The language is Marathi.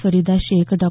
फरीदा शेख डॉ